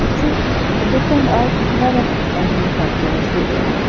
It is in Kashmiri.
یہِ چھُ ڈِپٮ۪نڈ آز واریاہ اٮ۪گرِکلچرَسٕے پٮ۪ٹھ